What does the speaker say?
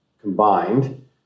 combined